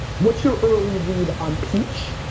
what's your early read on peach?